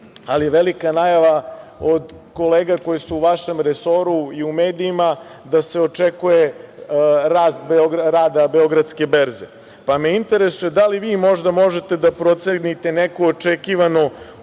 je velika najava od kolega koji su u vašem resoru i u medijima da se očekuje rast rada Beogradske berze. Interesuje me da li vi možda možete da procenite neku očekivanu